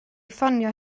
ffonio